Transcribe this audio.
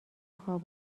خواب